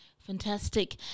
Fantastic